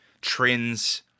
trends